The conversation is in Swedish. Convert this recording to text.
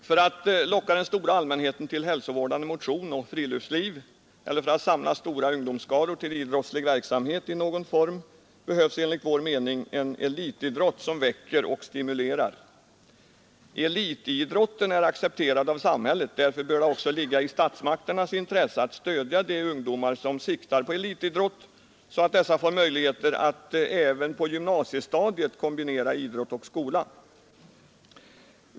Herr talman! För att locka den stora allmänheten till hälsovårdande motion och friluftsliv eller för att samla stora ungdomsskaror till idrottslig verksamhet i någon form behövs enligt vår mening en elitidrott som väcker och stimulerar. Elitidrotten är accepterad av samhället. Därför bör det också ligga i statsmakternas intresse att stödja de ungdomar som siktar på elitidrott, så att dessa får möjlighet att även på gymnasiestadiet kombinera idrott och utbildning.